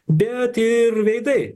bet ir veidai